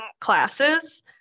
classes